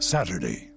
Saturday